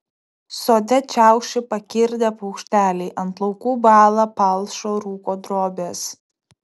sode čiaukši pakirdę paukšteliai ant laukų bąla palšo rūko drobės